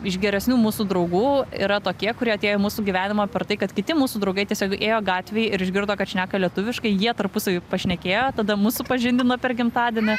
iš geresnių mūsų draugų yra tokie kurie atėjo į mūsų gyvenimą per tai kad kiti mūsų draugai tiesiog ėjo gatvėj ir išgirdo kad šneka lietuviškai jie tarpusavy pašnekėjo tada mus supažindino per gimtadienį